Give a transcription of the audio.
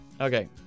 okay